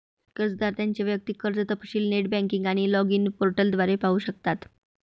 कर्जदार त्यांचे वैयक्तिक कर्ज तपशील नेट बँकिंग आणि लॉगिन पोर्टल द्वारे पाहू शकतात